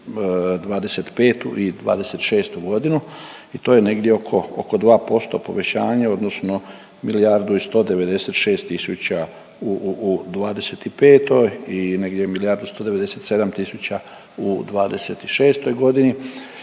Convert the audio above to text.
2025. i '26.g. i to je negdje oko 2% povećanje odnosno milijardu i 196 tisuća u '25. i negdje milijardu 197 tisuća u '26.g.